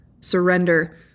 surrender